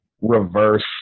reverse